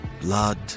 Blood